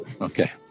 okay